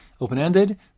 open-ended